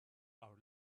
our